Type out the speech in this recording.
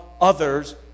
others